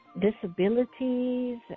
disabilities